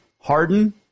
Harden